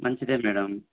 మంచిది మేడం